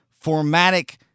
formatic